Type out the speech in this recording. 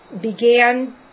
began